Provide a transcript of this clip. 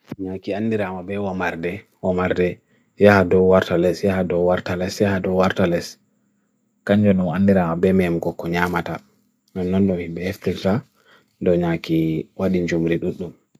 Nya ki andiram abe omarde, omarde, yaha dow worteles, yaha dow worteles, yaha dow worteles. Kanjanu andiram abe memkukunyamata. Nya nan dow hibe eftilsa, dow nya ki wadin chumuridutnu.